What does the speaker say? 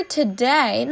today